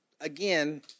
Again